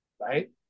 Right